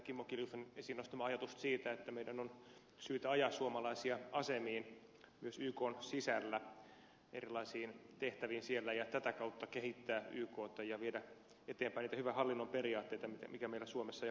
kimmo kiljusen esiin nostamaa ajatusta siitä että meidän on syytä ajaa suomalaisia asemiin ja erilaisiin tehtäviin myös ykn sisällä ja tätä kautta kehittää ykta ja viedä eteenpäin niitä hyvän hallinnon periaatteita joita meillä suomessa ja pohjoismaissa on